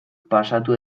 pasatu